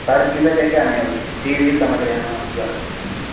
ساری چیزیں لے کے آنی ہوگی جی جی سمجھ رہے ہیں ہم آپ کی بات